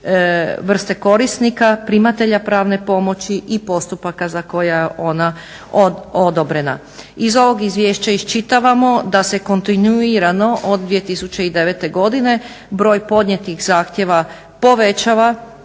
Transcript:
vrste korisnika primatelja pravne pomoći i postupaka za koje ona odobrena. Iz ovog izvješća iščitavamo da se kontinuirano od 2009.godine broj podnijetih zahtjeva povećava